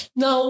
no